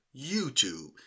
YouTube